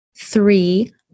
Three